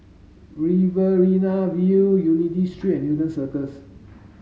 Riverina View Unity Street and Newton Circus